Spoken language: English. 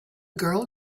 girl